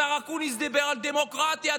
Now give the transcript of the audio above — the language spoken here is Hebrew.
השר אקוניס דיבר על דמוקרטיה,